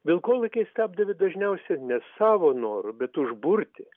vilkolakiai stabdė bet dažniausia ne savo noru bet užburti